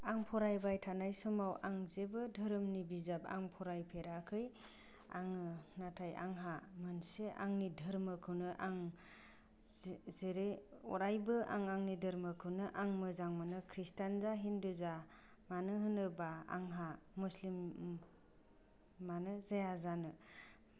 आं फरायबाय थानाय समाव आं जेबो धोरोमनि बिजाब आं फरायफेराखै आं नाथाय आंहा मोनसे आंनि धोर्मोखौनो आं जेरै अरायबो आं आंनि धोर्मोखौनो आं मोजां मोनो ख्रिस्टान जा हिन्दु जा मानो होनोबा आंहा मुसलिम मानो जाया जानो